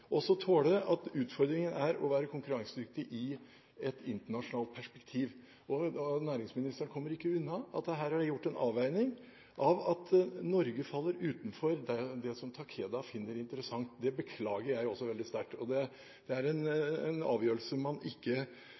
også tåle at utfordringen er å være konkurransedyktig i et internasjonalt perspektiv. Næringsministeren kommer ikke unna at det her er gjort en avveining av at Norge faller utenfor det som Takeda finner interessant. Det beklager jeg også veldig sterkt. Det er en avgjørelse som man ikke